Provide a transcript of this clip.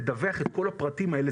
לדווח את כל הפרטים האלה,